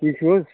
ٹھیٖک چھِو حظ